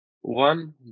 one